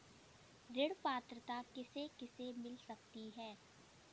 ऋण पात्रता किसे किसे मिल सकती है?